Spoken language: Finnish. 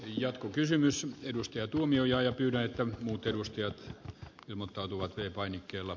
jatkokysymys on edustaja tuomioja ja pyydä että muut edustajat ilmoittautuvat herra puhemies